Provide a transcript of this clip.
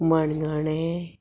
मणगणे